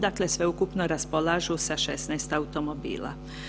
Dakle, sveukupno raspolažu sa 16 automobila.